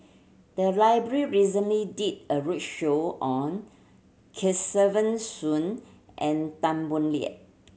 the library recently did a roadshow on Kesavan Soon and Tan Boo Liat